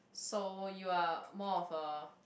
so you are more of a